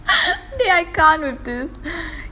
dey I can't with this